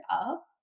up